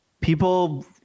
people